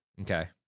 Okay